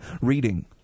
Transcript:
reading